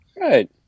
Right